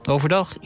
Overdag